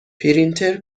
پرینتر